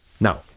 Now